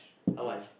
how much